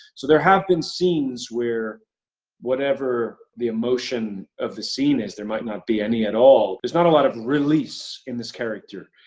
so there have been scenes where whatever the emotion of the scene is, there might not be any at all. there's not a lot of release in this character.